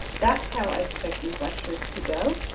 that's how i expect these lectures to go.